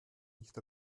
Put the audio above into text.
nicht